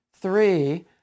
Three